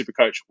Supercoach